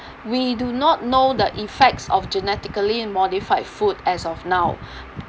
we do not know the effects of genetically modified food as of now